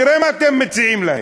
תראה מה אתם מציעים להם,